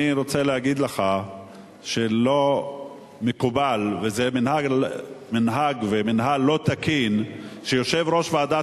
אני רוצה להגיד לך שלא מקובל וזה מנהג ומינהל לא תקין שיושב-ראש ועדת